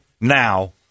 now